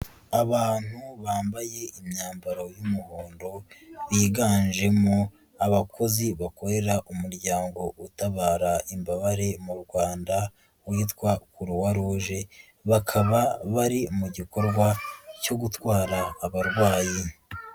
Abantu bambaye imyambaro y'umuhondo, biganjemo abakozi bakorera umuryango utabara imbabare mu Rwanda witwa Croix Rouge, bakaba bari mu gikorwa cyo gutwara abarwayi.